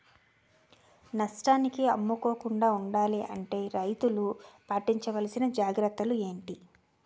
నష్టానికి అమ్ముకోకుండా ఉండాలి అంటే రైతులు పాటించవలిసిన జాగ్రత్తలు ఏంటి